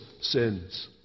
sins